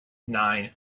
nine